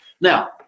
Now